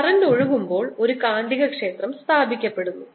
current ഒഴുകുമ്പോൾ ഒരു കാന്തികക്ഷേത്രം സ്ഥാപിക്കപ്പെടുന്നു